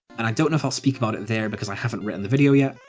and i don't know if i'll speak about it there because i haven't written the video yet,